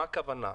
למה הכוונה?